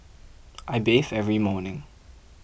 I bathe every morning